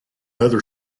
other